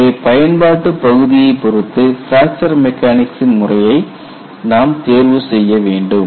எனவே பயன்பாட்டு பகுதியைப் பொறுத்து பிராக்சர் மெக்கானிக்சின் முறையை நாம் தேர்வு செய்ய வேண்டும்